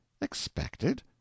Expected